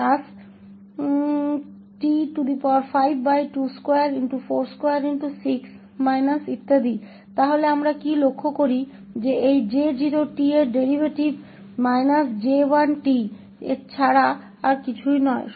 तो हम क्या देखते हैं कि इस J0𝑡 का डेरीवेटिव J1𝑡 के अलावा और कुछ नहीं है